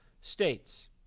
states